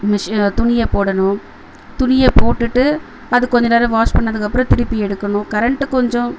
மிஷி துணியை போடணும் துணியை போட்டுகிட்டு அது கொஞ்சம் நேரம் வாஷ் பண்ணதுக்கப்புறோம் திரும்பி எடுக்கணும் கரண்ட்டு கொஞ்சம்